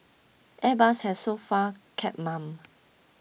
Airbus has so far kept mum